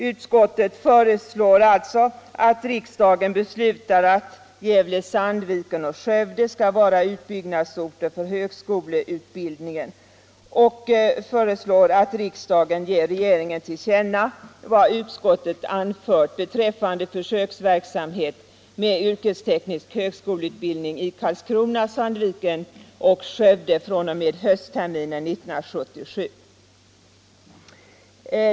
Utskottet föreslår alltså att riksdagen beslutar att Gävle/Sandviken och Skövde skall vara utbyggnadsorter för högskoleutbildningen samt föreslår att riksdagen ger regeringen till känna vad utskottet anfört beträffande försöksverksamhet med yrkesteknisk högskoleutbildning i Karlskrona, Sandviken och Skövde fr.o.m. höstterminen 1977.